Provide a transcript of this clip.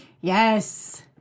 Yes